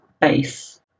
base